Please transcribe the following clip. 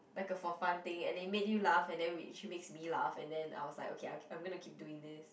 like a for fun thing and it made you laugh and then which makes me laugh and then I was like okay I I'm going to keep doing this